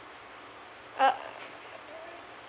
uh